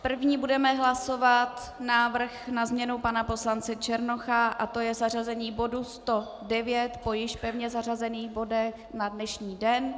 První budeme hlasovat návrh na změnu pana poslance Černocha, to je zařazení bodu 109 po již pevně zařazených bodech na dnešní den.